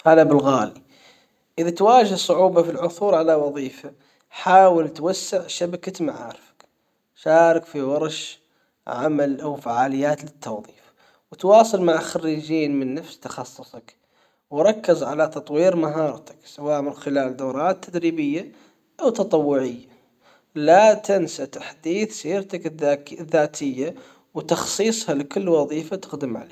هلا بالغالي. اذا تواجه صعوبة في العثور على وظيفة حاول توسع شبكة معارفك شارك في ورش عمل او فعاليات للتوظيف وتواصل مع خريجين من نفس تخصصك وركز على تطوير مهارتك سواء من خلال دورات تدريبية او تطوعية لا تنسى تحديث سيرتك الذاتية وتخصيصها لكل وظيفة تقدم عليها.